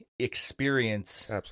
experience